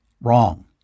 Wrong